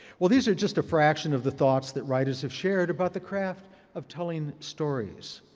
well, these are just a fraction of the thoughts that writers have shared about the craft of telling stories.